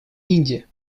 индия